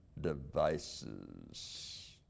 devices